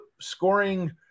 scoring